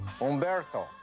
Umberto